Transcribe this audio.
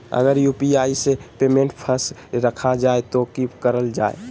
अगर यू.पी.आई से पेमेंट फस रखा जाए तो की करल जाए?